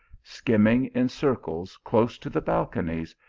skimming in circles close to the balconies,